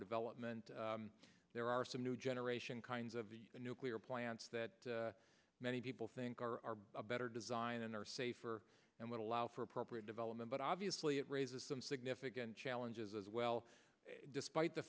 development there are some new generation kinds of nuclear plants that many people think are a better design and are safer and would allow for appropriate development but obviously it raises some significant challenges as well despite the